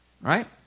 right